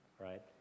right